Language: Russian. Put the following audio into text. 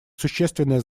существенное